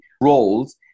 roles